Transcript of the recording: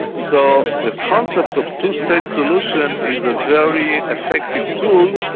so the concept of two state solution is a very effective tool,